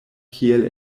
kiel